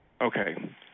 Okay